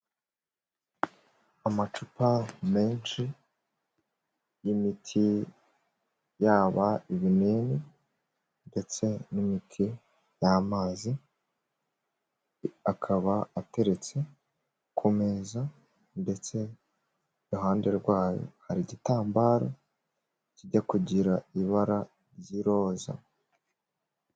Amacupa menshi y'imiti, yaba ibinini ndetse n'imiti y'amazi, akaba ateretse ku meza ndetse iruhande rwayo hari igitambaro kijya kugira ibara ry'iroza.